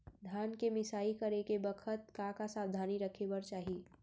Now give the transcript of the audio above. धान के मिसाई करे के बखत का का सावधानी रखें बर चाही?